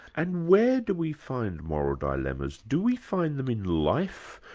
and where do we find moral dilemmas? do we find them in life?